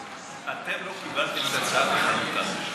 אתם לא קיבלתם את הצעת החלוקה.